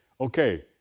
Okay